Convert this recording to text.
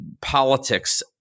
politics